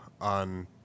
on